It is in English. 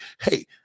Hey